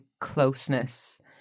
closeness